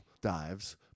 dives